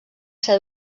ser